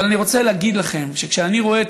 אבל אני רוצה להגיד לכם שכשאני רואה את